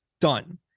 done